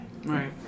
Right